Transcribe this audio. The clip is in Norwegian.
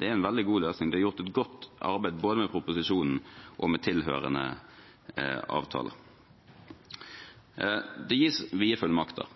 Det er en veldig god løsning – det er gjort godt arbeid både med proposisjonen og med tilhørende avtaler. Det gis